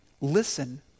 listen